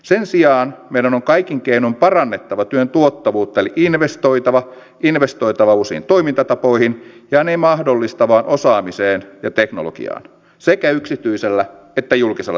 sen sijaan meidän on kaikin keinoin parannettava työn tuottavuutta eli investoitava investoitava uusiin toimintatapoihin ja ne mahdollistavaan osaamiseen ja teknologiaan sekä yksityisellä että julkisella sektorilla